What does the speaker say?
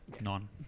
None